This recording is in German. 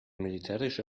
militärische